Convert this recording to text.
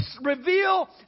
reveal